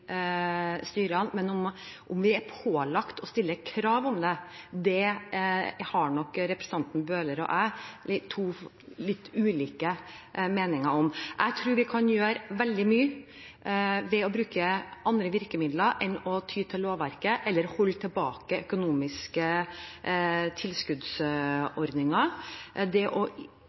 men om vi er pålagt å stille krav om det, har nok representanten Bøhler og jeg to litt ulike meninger om. Jeg tror vi kan gjøre veldig mye ved å bruke andre virkemidler enn å ty til lovverket eller holde tilbake økonomiske tilskudd. Det å